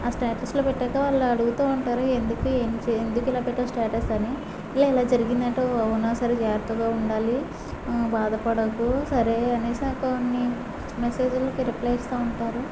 ఆ స్టేటస్ లో పెట్టాక వాళ్ళు అడుగుతూ ఉంటారు ఎందుకు ఏం ఎందుకు ఇలా పెట్టావు స్టేటస్ అని ఇలా ఇలా జరిగిందంటూ అవునా సరే జాగ్రత్తగా ఉండాలి బాధపడకు సరే అనేశాక అన్ని మెసేజ్ లకి రిప్లై ఇస్తూ ఉంటారు